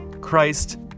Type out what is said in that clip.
Christ